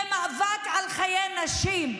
זה מאבק על חיי נשים.